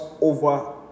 over